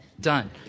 Done